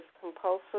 compulsive